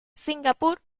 singapur